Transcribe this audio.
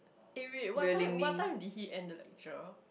eh wait what time what time did he end the lecture